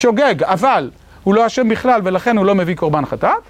שוגג, אבל הוא לא אשם בכלל ולכן הוא לא מביא קורבן חתק?